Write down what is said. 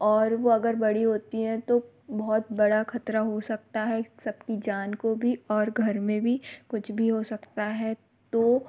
और वो अगर बड़ी होती हैं तो बहुत बड़ा ख़तरा हो सकता है सब की जान को भी और घर में भी कुछ भी हो सकता है तो